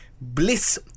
Bliss